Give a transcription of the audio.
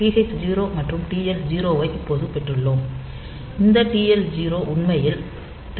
TH 0 மற்றும் TL 0 ஐ இப்போது பெற்றுள்ளோம் இந்த TL 0 உண்மையில் டைமராக செயல்படுகிறது